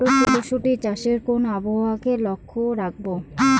মটরশুটি চাষে কোন আবহাওয়াকে লক্ষ্য রাখবো?